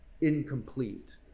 incomplete